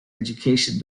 education